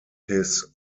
his